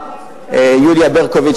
יוליה ברקוביץ,